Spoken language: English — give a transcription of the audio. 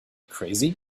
crazy